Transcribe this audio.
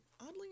oddly